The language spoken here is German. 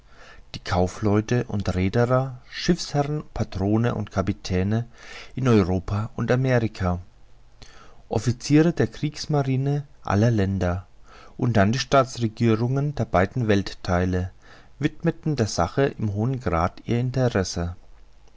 die kaufleute und rheder schiffsherren patrone und kapitäne in europa und amerika officiere der kriegsmarine aller länder und dann die staatsregierungen der beiden welttheile widmeten der sache im hohen grade ihr interesse